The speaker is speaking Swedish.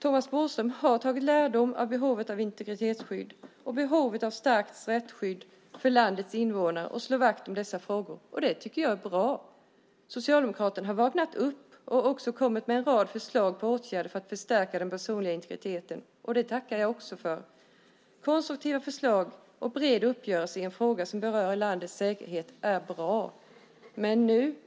Thomas Bodström har tagit lärdom av behovet av integritetsskydd och av behovet av starkt rättsskydd för landets invånare och slår vakt om dessa frågor. Det tycker jag är bra. Socialdemokraterna har vaknat upp och kommit med en rad förslag på åtgärder för att förstärka den personliga integriteten. Det tackar jag för. Konstruktiva förslag och en bred uppgörelse i en fråga som berör landets säkerhet är bra.